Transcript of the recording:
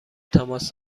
تماس